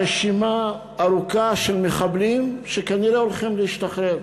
רשימה ארוכה של שמות מחבלים שכנראה הולכים להשתחרר.